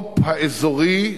המו"פ האזורי,